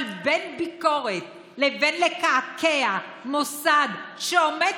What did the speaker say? אבל בין ביקורת לבין לקעקע מוסד שעומד,